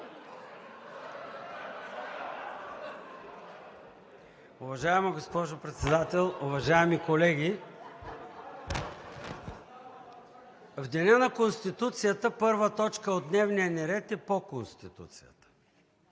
Уважаема госпожо Председател, уважаеми колеги! В деня на Конституцията първа точка от дневния ни ред е по Конституцията.